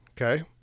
okay